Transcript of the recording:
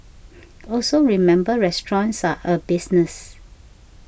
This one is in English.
also remember restaurants are a business